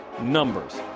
numbers